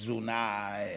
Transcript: תזונה,